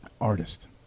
artist